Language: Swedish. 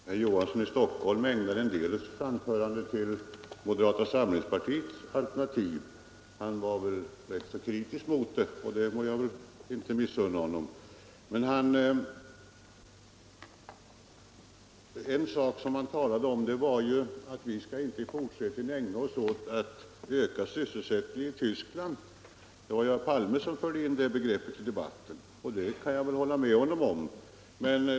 Fru talman! Herr Knut Johansson i Stockholm ägnade en del av sitt anförande åt moderata samlingspartiets alternativ. Han var rätt så kritisk mot det, och det har han väl rätt att vara. Men i sammanhanget sade han att vi i fortsättningen inte skall ägna oss åt att öka sysselsättningen i Tyskland. Det var herr Palme som förde in den formuleringen i debatten.